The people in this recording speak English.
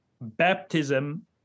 baptism